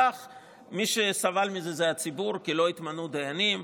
מי שסבל מזה היה הציבור, כי לא התמנו דיינים,